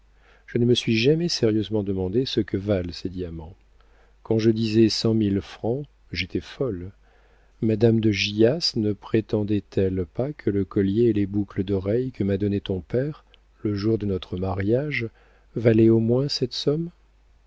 je ne me suis jamais sérieusement demandé ce que valent ces diamants quand je disais cent mille francs j'étais folle madame de gyas ne prétendait elle pas que le collier et les boucles d'oreilles que m'a donnés ton père le jour de notre mariage valaient au moins cette somme